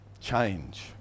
change